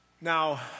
Now